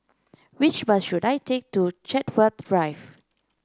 which bus should I take to Chartwell Drive